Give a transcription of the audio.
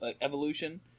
evolution